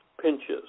pinches